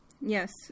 Yes